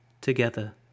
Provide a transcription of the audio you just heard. together